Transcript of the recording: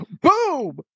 Boom